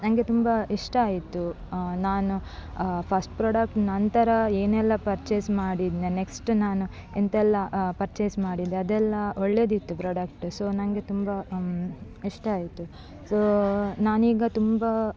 ನನಗೆ ತುಂಬ ಇಷ್ಟ ಆಯಿತು ನಾನು ಫಸ್ಟ್ ಪ್ರಾಡಕ್ಟ್ ನಂತರ ಏನೆಲ್ಲ ಪರ್ಚೇಸ್ ಮಾಡಿದ್ದೆ ನೆಕ್ಸ್ಟ್ ನಾನು ಎಂಥೆಲ್ಲ ಪರ್ಚೇಸ್ ಮಾಡಿದ್ದೆ ಅದೆಲ್ಲ ಒಳ್ಳೆಯದಿತ್ತು ಪ್ರಾಡಕ್ಟ್ ಸೊ ನನಗೆ ತುಂಬ ಇಷ್ಟ ಆಯಿತು ಸೊ ನಾನೀಗ ತುಂಬ